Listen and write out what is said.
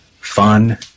fun